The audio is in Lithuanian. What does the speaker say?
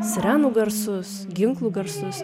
sirenų garsus ginklų garsus